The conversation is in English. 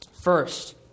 first